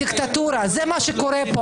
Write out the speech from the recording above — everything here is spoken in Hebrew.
(קריאות) --- אני מעביר לו,